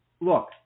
look